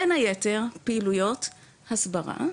בין היתר פעילויות הסברה,